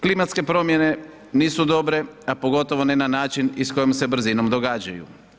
Klimatske promjene nisu dobre, a pogotovo ne na način i s kojom se brzinom događaju.